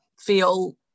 feel